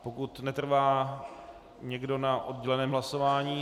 Pokud netrvá někdo na odděleném hlasování?